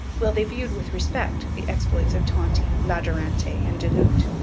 while they viewed with respect the exploits of tonty, la durantaye, and du lhut.